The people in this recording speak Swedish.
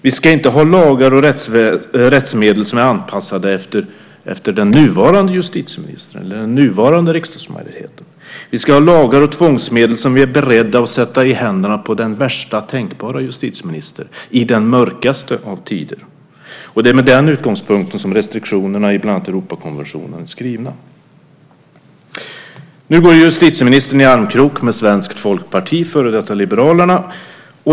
Vi ska inte ha lagar och rättsmedel som är anpassade efter den nuvarande justitieministern eller den nuvarande riksdagsmajoriteten. Vi ska ha lagar och tvångsmedel som vi är beredda att sätta i händerna på den värsta tänkbara justitieminister i den mörkaste av tider. Det är med den utgångspunkten som restriktionerna i bland annat Europakonventionen är skrivna. Nu går justitieministern i armkrok med svenskt folkparti, före detta liberalerna.